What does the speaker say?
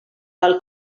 tal